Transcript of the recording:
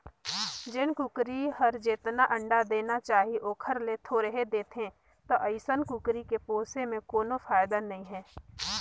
जेन कुकरी हर जेतना अंडा देना चाही ओखर ले थोरहें देहत हे त अइसन कुकरी के पोसे में कोनो फायदा नई हे